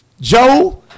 Joe